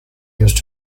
used